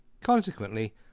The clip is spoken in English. Consequently